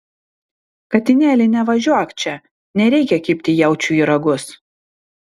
katinėli nevažiuok čia nereikia kibti jaučiui į ragus